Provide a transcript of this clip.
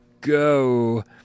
go